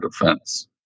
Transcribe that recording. defense